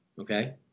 okay